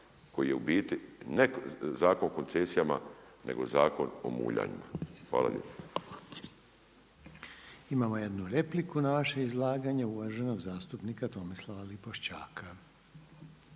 koji je u biti ne Zakon o koncesijama nego Zakon o muljanima. Hvala lijepa. **Reiner, Željko (HDZ)** Imamo jednu repliku na vaše izlaganje, uvaženog zastupnika Tomislava Lipošćaka.